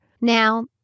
now